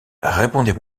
répondez